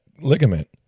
ligament